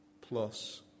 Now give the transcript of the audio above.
plus